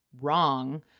wrong